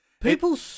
People